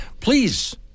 Please